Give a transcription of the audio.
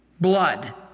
Blood